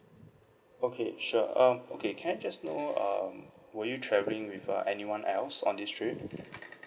okay sure um okay can I just know um were you traveling with uh anyone else on this trip